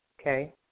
Okay